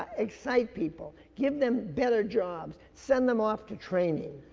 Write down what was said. ah excite people, give them better jobs. send them off to training.